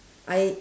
I